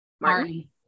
Martin